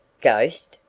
ghost!